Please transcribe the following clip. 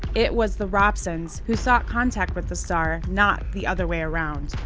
it was the robsons, who sought contact with the star, not the other way around.